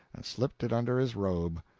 and slipped it under his robe.